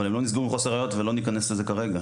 אבל הם לא נסגרו מחוסר ראיות, ולא ניכנס לזה כרגע.